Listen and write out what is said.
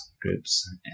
groups